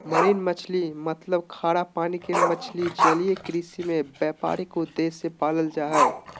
marine मछली मतलब खारा पानी के मछली जलीय कृषि में व्यापारिक उद्देश्य से पालल जा हई